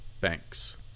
banks